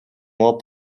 more